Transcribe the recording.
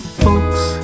folks